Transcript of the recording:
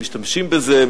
משתמשים בזה,